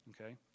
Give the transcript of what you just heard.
okay